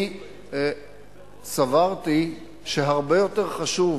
אני סברתי שהרבה יותר חשוב